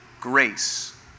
grace